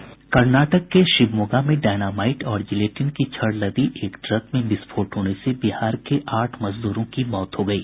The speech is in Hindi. कर्नाटक के शिवमोगा में डायनामाइट और जिलेटिन की छड़ लदी एक ट्रक में विस्फोट होने से बिहार के आठ मजदूरों की मौत हो गयी